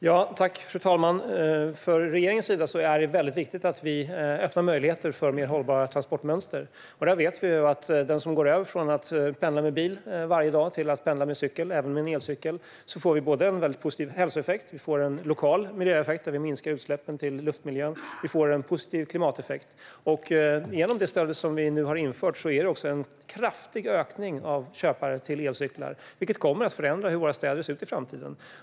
Fru talman! Regeringen anser att det är viktigt att öppna möjligheter för mer hållbara transportmönster. Vi vet att den som går över från att pendla med bil varje dag till att pendla med cykel, även en elcykel, får en positiv hälsoeffekt, och det blir en lokal miljöeffekt med minskade utsläpp till luftmiljön och en positiv klimateffekt. Genom det stöd som nu har införts är det en kraftig ökning av köpare till elcyklar, vilket kommer att förändra hur våra städer ser ut i framtiden.